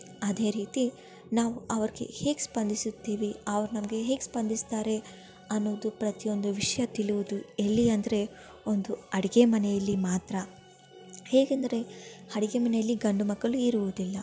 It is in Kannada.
ಅದೇ ರೀತಿ ನಾವು ಅವ್ರಿಗೆ ಹೇಗೆ ಸ್ಪಂದಿಸುತ್ತೀವಿ ಅವ್ರು ನಮಗೆ ಹೇಗೆ ಸ್ಪಂದಿಸ್ತಾರೆ ಅನ್ನೋದು ಪ್ರತಿಯೊಂದು ವಿಷಯ ತಿಳುವುದು ಎಲ್ಲಿ ಅಂದರೆ ಒಂದು ಅಡಿಗೆ ಮನೆಯಲ್ಲಿ ಮಾತ್ರ ಹೇಗೆಂದರೆ ಅಡ್ಗೆ ಮನೆಯಲ್ಲಿ ಗಂಡುಮಕ್ಕಳು ಇರುವುದಿಲ್ಲ